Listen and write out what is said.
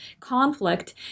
conflict